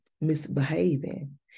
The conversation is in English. misbehaving